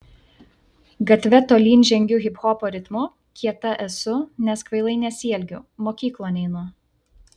gatve tolyn žengiu hiphopo ritmu kieta esu nes kvailai nesielgiu mokyklon einu